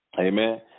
Amen